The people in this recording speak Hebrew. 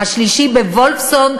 השלישי בוולפסון,